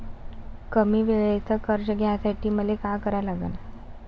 कमी वेळेचं कर्ज घ्यासाठी मले का करा लागन?